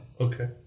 Okay